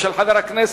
של חבר הכנסת